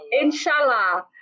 inshallah